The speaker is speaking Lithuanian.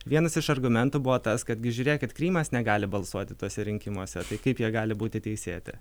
vienas iš argumentų buvo tas kad gi žiūrėkit krymas negali balsuoti tuose rinkimuose tai kaip jie gali būti teisėti